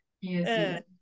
yes